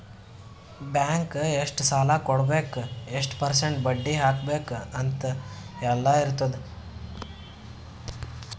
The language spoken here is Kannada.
ಬ್ಯಾಂಕ್ ಎಷ್ಟ ಸಾಲಾ ಕೊಡ್ಬೇಕ್ ಎಷ್ಟ ಪರ್ಸೆಂಟ್ ಬಡ್ಡಿ ಹಾಕ್ಬೇಕ್ ಅಂತ್ ಎಲ್ಲಾ ಇರ್ತುದ್